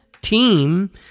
team